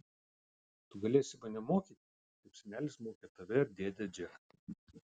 tu galėsi mane mokyti kaip senelis mokė tave ir dėdę džeką